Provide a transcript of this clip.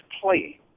play